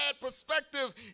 perspective